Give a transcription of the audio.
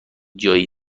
جایی